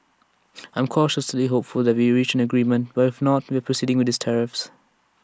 I'm cautiously hopeful that we reach an agreement but if not we are proceeding with these tariffs